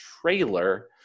trailer